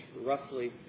roughly